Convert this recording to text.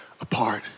apart